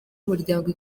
umuryango